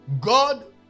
God